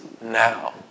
now